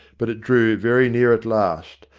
but it drew very near at last,